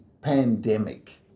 pandemic